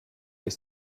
ist